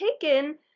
taken